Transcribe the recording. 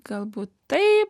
galbūt tai